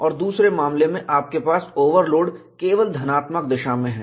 और दूसरे मामले में आपके पास ओवरलोड केवल धनात्मक दिशा में है